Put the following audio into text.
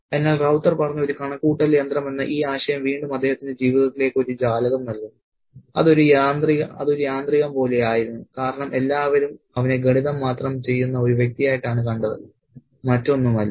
അതിനാൽ റൌത്തർ പറഞ്ഞ ഒരു കണക്കുകൂട്ടൽ യന്ത്രം എന്ന ഈ ആശയം വീണ്ടും അദ്ദേഹത്തിന്റെ ജീവിതത്തിലേക്ക് ഒരു ജാലകം നൽകുന്നു അത് ഒരു യാന്ത്രികം പോലെയായിരുന്നു കാരണം എല്ലാവരും അവനെ ഗണിതം മാത്രം ചെയ്യുന്ന ഒരു വ്യക്തിയായിട്ടാണ് കണ്ടത് മറ്റൊന്നുമല്ല